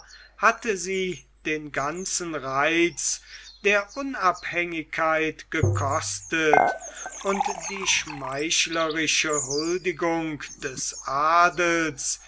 hatte sie den ganzen reiz der unabhängigkeit gekostet und die schmeichlerische huldigung des adels